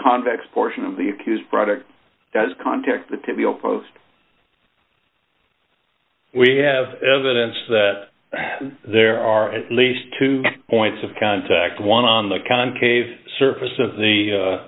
convex portion of the accused product does contact the to be a post we have evidence that there are at least two points of contact one on the concave surface of the u